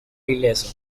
ileso